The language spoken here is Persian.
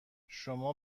شما